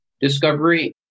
discovery